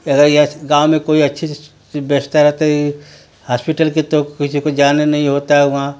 अगर गाँव में कोई अच्छी सी व्यवस्था रहता इ हास्पिटल के तो किसी को जाने नहीं होता वहाँ